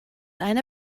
eine